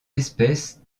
espèces